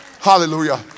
Hallelujah